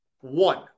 One